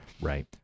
Right